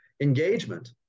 engagement